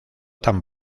tan